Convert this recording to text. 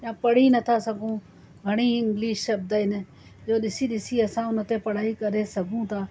या पढ़ी नथा सघूं घणेई इंग्लिश शब्द आहिनि इहो ॾिसी ॾिसी असां उन ते पढ़ाई करे सघूं था